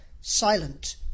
silent